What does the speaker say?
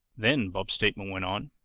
then, bob's statement went on,